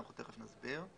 אנחנו תיכף נסביר,